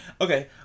Okay